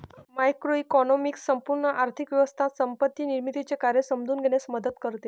macroeconomics संपूर्ण आर्थिक व्यवस्था संपत्ती निर्मितीचे कार्य समजून घेण्यास मदत करते